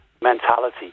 mentality